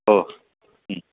हो